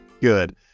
Good